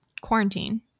quarantine